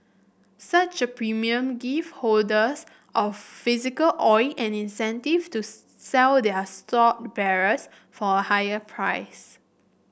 such a premium give holders of physical oil an incentive to sell their stored barrels for a higher price